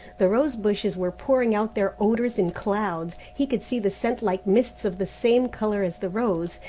the rose-bushes were pouring out their odours in clouds. he could see the scent like mists of the same colour as the rose,